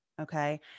okay